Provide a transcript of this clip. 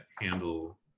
handle